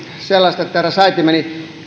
sellaista että eräs äiti meni